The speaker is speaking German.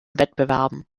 wettbewerben